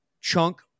chunk